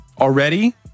Already